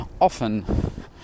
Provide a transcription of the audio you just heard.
often